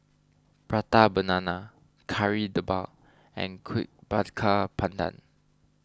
Prata Banana Kari Debal and Kuih Bakar Pandan